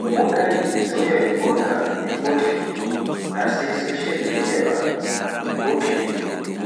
un wooɗaayi sauuyaaki goonga e kotoye na sai a social media ba, e ko toye,